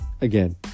Again